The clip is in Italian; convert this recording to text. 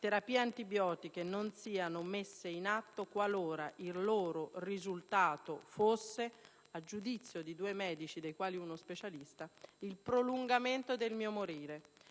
terapie antibiotiche, non siano messi in atto qualora il loro risultato fosse, a giudizio di due medici dei quali uno specialista, il prolungamento del mio morire,